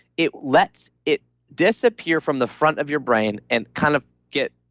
it lets it disappear from the front of your brain and kind of get